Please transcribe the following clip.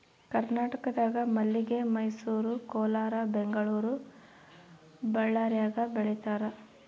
ಕರ್ನಾಟಕದಾಗ ಮಲ್ಲಿಗೆ ಮೈಸೂರು ಕೋಲಾರ ಬೆಂಗಳೂರು ಬಳ್ಳಾರ್ಯಾಗ ಬೆಳೀತಾರ